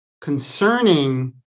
concerning